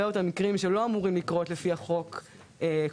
יותר מקרים שלא אמורים לקרות לפי החוק קורים.